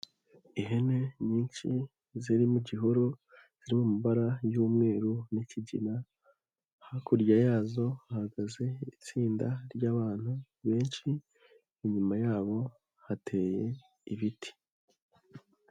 Ihene nyinshi ziri mu gihuru ziri mu mabara y'umweru n'ikigina, hakurya yazo hahagaze itsinda ry'abantu benshi, inyuma yabo hateye ibiti.